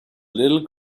little